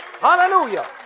Hallelujah